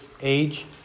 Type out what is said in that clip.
age